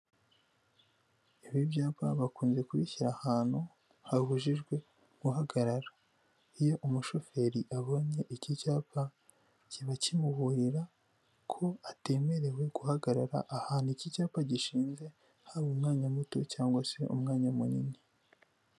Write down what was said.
Ibi byapa bakunze kubishyira ahantu habujijwe guhagarara, iyo umushoferi abonye iki cyapa kiba kimuburira ko atemerewe guhagarara ahantu iki cyapa gishinze, hari umwanya muto cyangwa se umwanya munini.